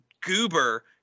goober